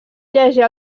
llegir